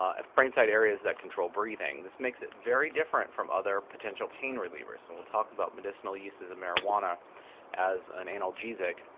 of brain site areas that control breathing. this makes it very different from other potential pain relievers. so we'll talk about medicinal uses of marijuana as an analgesic.